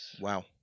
Wow